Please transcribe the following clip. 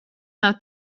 nav